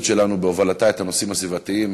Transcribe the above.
שלנו בהובלתה את הנושאים הסביבתיים,